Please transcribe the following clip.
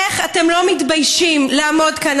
איך אתם לא מתביישים לעמוד כאן?